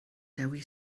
dewi